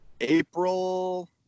April